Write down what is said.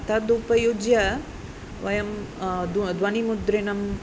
तदुपयुज्य वयं द्व ध्वनिमुद्रणम्